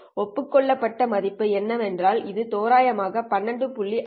ஒப்புக் கொள்ளப்பட்ட மதிப்பு என்னவென்றால் இது தோராயமாக 12